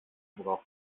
braucht